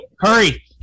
Hurry